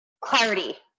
clarity